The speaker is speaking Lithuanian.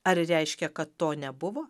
ar reiškia kad to nebuvo